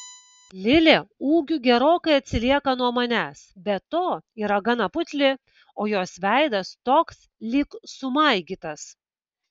lilė ūgiu gerokai atsilieka nuo manęs be to yra gana putli o jos veidas toks lyg sumaigytas